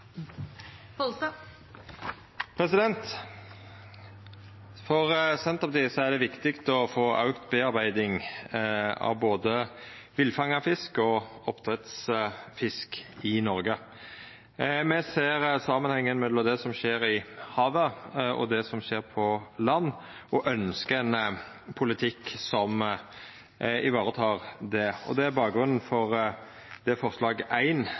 det viktig å få auka tilverking av både villfanga fisk og oppdrettsfisk i Noreg. Me ser samanhengen mellom det som skjer i havet, og det som skjer på land, og ønskjer ein politikk som varetek det. Det er bakgrunnen for forslag